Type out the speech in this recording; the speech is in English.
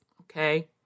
Okay